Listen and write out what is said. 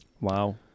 Wow